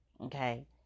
Okay